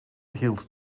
hield